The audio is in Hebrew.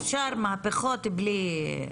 אפשר מהפכות בלי דיניין.